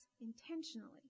intentionally